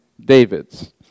David's